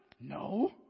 No